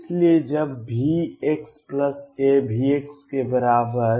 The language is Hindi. इसलिए जब Vxa V के बराबर है